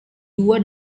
dua